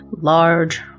large